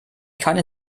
keine